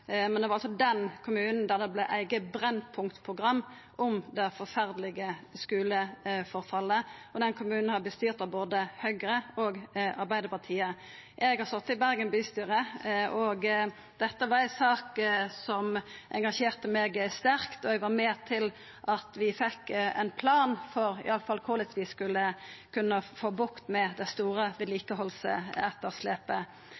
Men det var altså i den kommunen det vart laga eit eige Brennpunkt-program om det forferdelege skuleforfallet, og den kommunen har vorte styrt av både Høgre og Arbeidarpartiet. Eg har sete i Bergen bystyre, og dette var ei sak som engasjerte meg sterkt. Eg var med på at vi iallfall fekk ein plan for korleis vi skulle kunna få bukt med det store